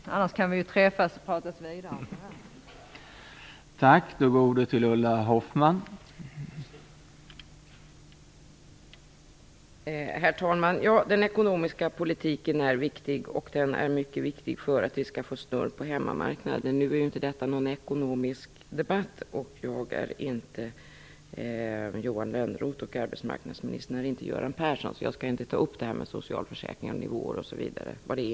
I annat fall kan vi träffas och prata vidare i den här frågan.